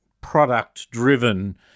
product-driven